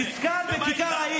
ומה איתך?